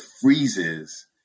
freezes